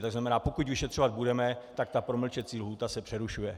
To znamená, pokud vyšetřovat budeme, tak ta promlčecí lhůta se přerušuje.